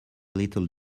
little